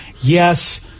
yes